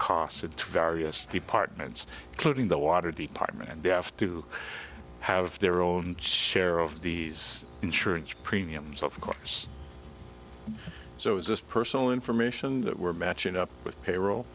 costs to various departments including the water department and they have to have their own share of these insurance premiums of course so is this personal information that we're matching up with payroll